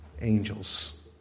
angels